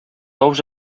ous